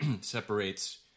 separates